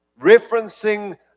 Referencing